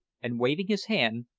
and waving his hand,